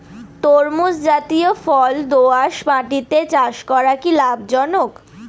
তরমুজ জাতিয় ফল দোঁয়াশ মাটিতে চাষ করা কি লাভজনক?